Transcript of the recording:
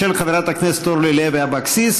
של חברת הכנסת אורלי לוי אבקסיס.